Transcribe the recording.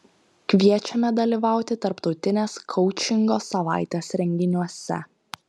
kviečiame dalyvauti tarptautinės koučingo savaitės renginiuose